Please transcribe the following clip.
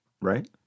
Right